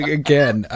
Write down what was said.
again